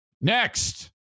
Next